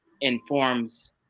informs